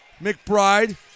McBride